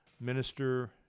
minister